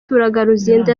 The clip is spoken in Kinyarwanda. luzinda